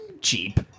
cheap